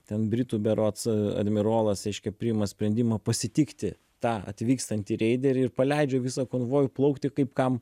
ten britų berods admirolas reiškia priima sprendimą pasitikti tą atvykstantį reiderį ir paleidžia visą konvojų plaukti kaip kam